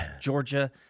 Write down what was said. Georgia—